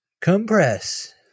compress